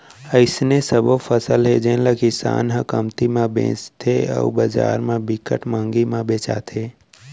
अइसने सबो फसल हे जेन ल किसान ह कमती म बेचथे अउ बजार म बिकट मंहगी म बेचाथे